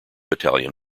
italian